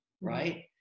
right